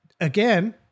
again